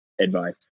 advice